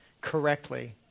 correctly